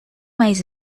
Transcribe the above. mais